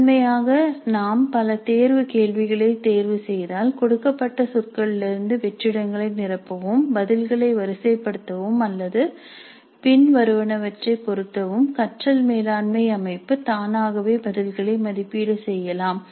முதன்மையாக நாம் பல தேர்வு கேள்விகளைத் தேர்வுசெய்தால் கொடுக்கப்பட்ட சொற்களிலிருந்து வெற்றிடங்களை நிரப்பவும் பதில்களை வரிசைப்படுத்தவும் அல்லது பின்வருவனவற்றை பொருத்தவும் கற்றல் மேலாண்மை அமைப்பு தானாகவே பதில்களை மதிப்பீடு செய்யலாம்